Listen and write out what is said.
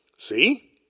See